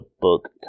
book